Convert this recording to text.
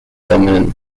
dominant